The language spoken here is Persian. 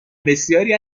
بسیاری